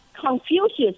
Confucius